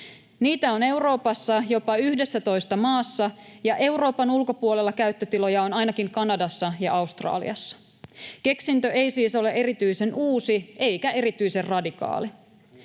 Niitä on Euroopassa jopa 11 maassa, ja Euroopan ulkopuolella käyttötiloja on ainakin Kanadassa ja Australiassa. Keksintö ei siis ole erityisen uusi eikä erityisen radikaali.